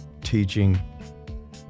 teaching